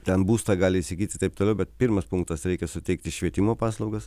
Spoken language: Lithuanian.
ten būstą gali įsigyti taip toliau bet pirmas punktas reikia suteikti švietimo paslaugas